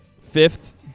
fifth